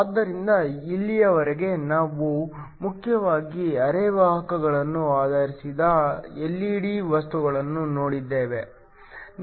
ಆದ್ದರಿಂದ ಇಲ್ಲಿಯವರೆಗೆ ನಾವು ಮುಖ್ಯವಾಗಿ ಅರೆವಾಹಕಗಳನ್ನು ಆಧರಿಸಿದ ಎಲ್ಇಡಿ ವಸ್ತುಗಳನ್ನು ನೋಡಿದ್ದೇವೆ